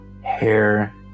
hair